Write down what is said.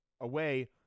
away